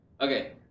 Okay